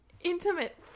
intimate